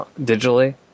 digitally